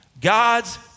God's